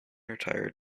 retired